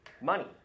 money